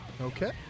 Okay